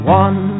one